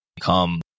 come